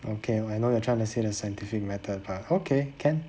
okay I know you're trying to say the scientific method but okay can